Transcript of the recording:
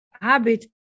habit